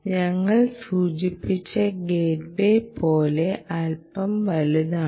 ഞങ്ങൾ സൂചിപ്പിച്ച gateway പോലെ അൽപ്പം വലുതാണ്